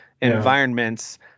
environments